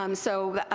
um so